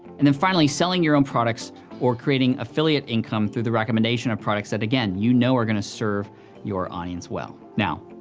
and then finally, selling your own products or creating affiliate income through the recommendation of products that, again, you know are gonna serve your audience well. now,